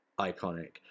iconic